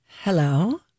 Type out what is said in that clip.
hello